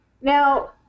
Now